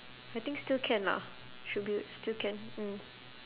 I think still can lah should be still can mm